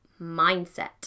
mindset